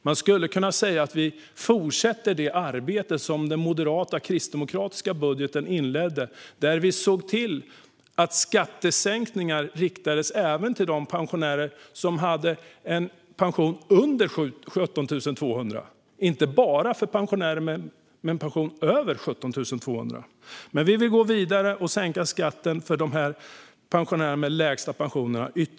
Man skulle kunna säga att vi fortsätter det arbete som Moderaternas och Kristdemokraternas budget inledde, där vi såg till att skattesänkningar riktades även till de pensionärer som hade en pension under 17 200 kronor och inte bara till de pensionärer som hade en pension över 17 200 kronor. Men vi vill gå vidare och sänka skatten ytterligare lite grann för de pensionärer som har de lägsta pensionerna.